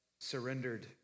surrendered